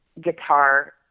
guitar